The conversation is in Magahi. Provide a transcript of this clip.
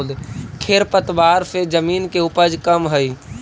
खेर पतवार से जमीन के उपज कमऽ हई